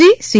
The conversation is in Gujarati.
G C